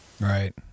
right